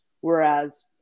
Whereas